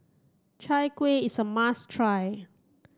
Chai Kuih is a must try